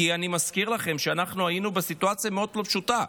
כי אני מזכיר לכם שאנחנו היינו בסיטואציה מאוד לא פשוטה,